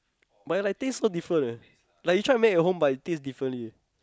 but it like taste so different eh like you try to make at home but it tastes differently